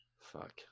fuck